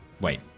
Wait